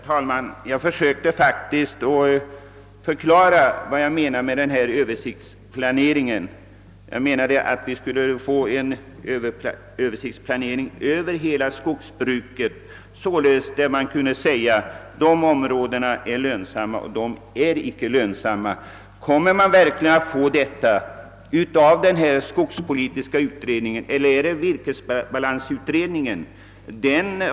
Herr talman! Jag försökte faktiskt förklara vad jag menade med denna översiktsplanering — att vi skulle få en planering för hela skogsbruket, som skulle visa vilka områden som är lönsamma och vilka som icke är det. Kommer vi att få en dylik översikt av den skogspolitiska utredningen, eller faller det på virkesbalansutredningens lott?